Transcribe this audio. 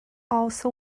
also